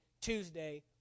Tuesday